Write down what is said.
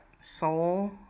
Soul